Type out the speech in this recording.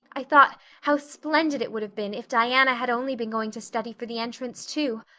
i thought how splendid it would have been if diana had only been going to study for the entrance, too.